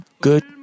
good